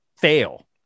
fail